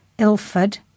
Ilford